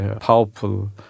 powerful